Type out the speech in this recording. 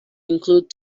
include